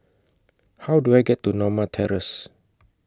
How Do I get to Norma Terrace